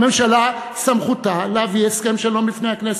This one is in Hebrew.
הממשלה, סמכותה להביא הסכם שלום בפני הכנסת,